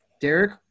Derek